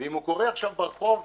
ואם הוא קורה עכשיו ברחוב,